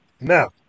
Now